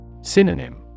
Synonym